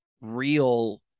real